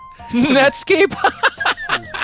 Netscape